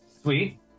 Sweet